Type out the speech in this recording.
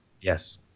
Yes